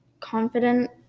confident